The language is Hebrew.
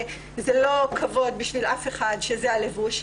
זה לא כבוד בשביל אף אחד שזה הלבוש.